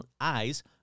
eyes